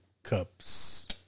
cups